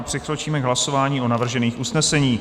Přikročíme k hlasování o navržených usneseních.